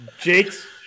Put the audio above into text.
Jake's